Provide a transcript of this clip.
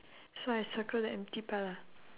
so I circle the empty part ah